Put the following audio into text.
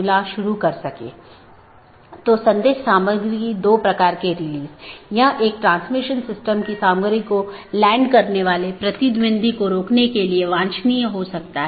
एक अन्य संदेश सूचना है यह संदेश भेजा जाता है जब कोई त्रुटि होती है जिससे त्रुटि का पता लगाया जाता है